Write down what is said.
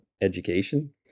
education